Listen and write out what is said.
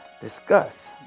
discuss